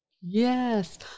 Yes